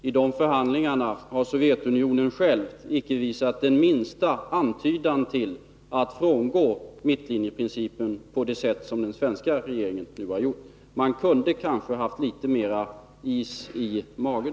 I de förhandlingarna har Sovjetunionen för egen del icke visat den minsta antydan till att vilja frångå mittlinjeprincipen på det sätt som den svenska regeringen nu har gjort. Man kunde kanske ha haft litet mera is i magen.